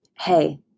hey